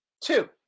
Two